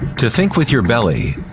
to think with your belly,